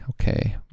okay